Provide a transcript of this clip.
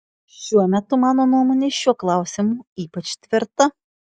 šiuo metu mano nuomonė šiuo klausimu ypač tvirta